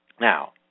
Now